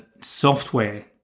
software